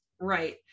right